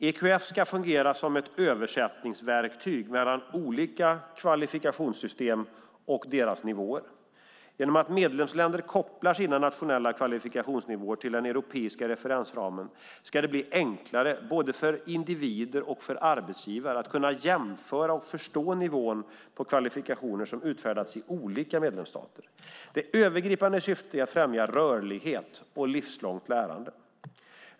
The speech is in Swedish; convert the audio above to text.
EQF ska fungera som ett översättningsverktyg mellan olika kvalifikationssystem och deras nivåer. Genom att medlemsländer kopplar sina nationella kvalifikationsnivåer till den europeiska referensramen ska det bli enklare för både individer och arbetsgivare att kunna jämföra och förstå nivån på kvalifikationer som utfärdats i olika medlemsstater. Det övergripande syftet är att främja rörlighet och livslångt lärande.